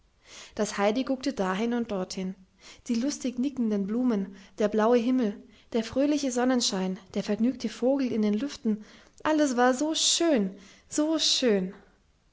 das heidi guckte dahin und dorthin die lustig nickenden blumen der blaue himmel der fröhliche sonnenschein der vergnügte vogel in den lüften alles war so schön so schön